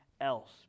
else